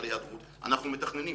אנחנו מתכננים.